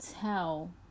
tell